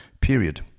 period